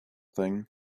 thing